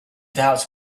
doubts